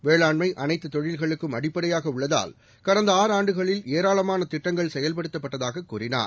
வேளாண்மைஅனைத்துதொழில்களுக்கும் அடப்படையாகஉள்ளதால் கடந்த ஆண்டுகளில் த ஏராளமானதிட்டங்கள் செயல்படுத்தப்பட்டதாககூறினார